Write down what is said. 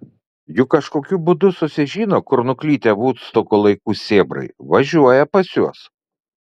juk kažkokiu būdu susižino kur nuklydę vudstoko laikų sėbrai važiuoja pas juos